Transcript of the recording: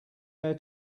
their